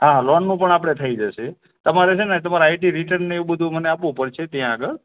હા લોનનું પણ આપણે થઈ જશે તમારે છે ને તમારે આઇટી રિટર્નને એવું બધુ આપવું પડશે ત્યાં આગળ